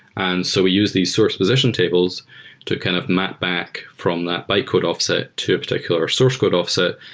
and so we used these source position tables to kind of map back from that bytecode offset to a particular source code offset,